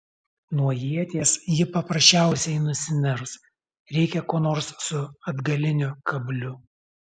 nuo ieties ji paprasčiausiai nusiners reikia ko nors su atgaliniu kabliu